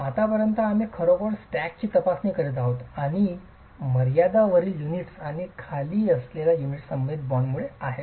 आत्तापर्यंत आम्ही खरोखर स्टॅकची तपासणी करीत आहोत आणि मर्यादा वरील युनिट आणि खाली असलेल्या युनिटशी संबंधित बॉन्डमुळे आहे